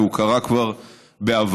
והוא קרה כבר בעבר,